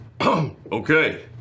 okay